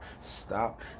stop